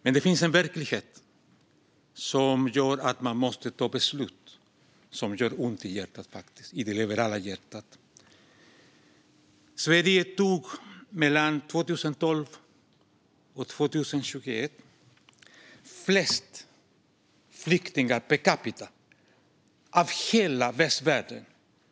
Men det finns en verklighet som gör att man måste ta beslut som gör ont i det liberala hjärtat. Mellan 2012 och 2021 var Sverige det land i hela västvärlden som tog emot flest flyktingar per capita.